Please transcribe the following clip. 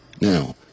Now